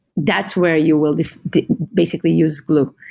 that's where you will basically use gloo.